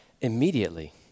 immediately